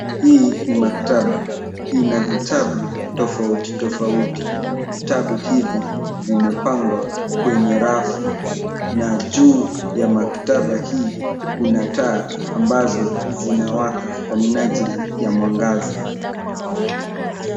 Hii ni maktaba. Ina vitabu tofauti tofauti. Vitabu hivi vimepangwa kwenye rafu na juu ya maktaba hii kuna taa ambazo zinawaka kwa minajili ya mwangaza.